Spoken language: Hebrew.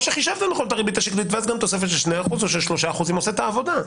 או שחישבתם נכון את הריבית ואז גם תוספת של 3-2% עושה את העבודה.